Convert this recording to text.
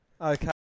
Okay